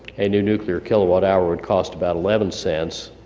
a nuclear kilowatt hour would cost about eleven cents,